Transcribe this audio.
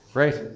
right